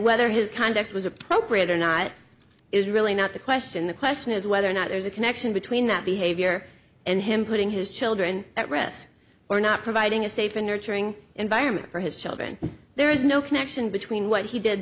whether his conduct was appropriate or not is really not the question the question is whether or not there's a connection between that behavior and him putting his children at risk for not providing a safe and nurturing environment for his children there is no connection between what he did